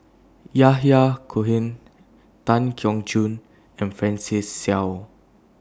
Yahya Cohen Tan Keong Choon and Francis Seow